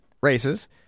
races